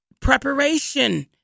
preparation